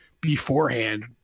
beforehand